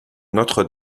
notre